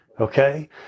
Okay